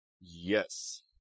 Yes